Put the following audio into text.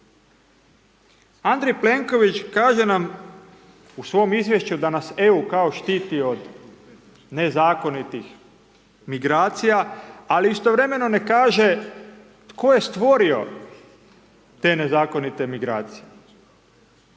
Andrej Plenković kaže nam u svom Izvješću da nas EU kao štiti od nezakonitih migracija, ali istovremeno ne kaže tko je stvorio te nezakonite migracije.